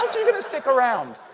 else are you going to stick around?